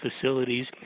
facilities